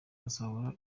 ibyo